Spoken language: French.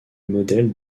modèle